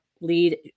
lead